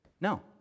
No